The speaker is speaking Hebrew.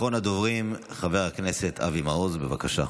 אחרון הדוברים, חבר הכנסת אבי מעוז, בבקשה.